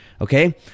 Okay